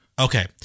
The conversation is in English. Okay